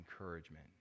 encouragement